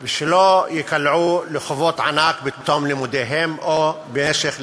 שלא ייקלעו לחובות ענק בתום לימודיהם או במשך לימודיהם.